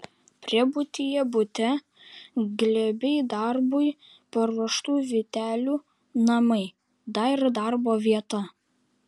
priebutyje bute glėbiai darbui paruoštų vytelių namai dar ir darbo vieta